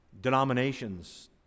denominations